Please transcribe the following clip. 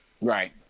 Right